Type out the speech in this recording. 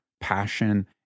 passion